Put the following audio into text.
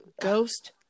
Ghost